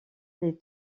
les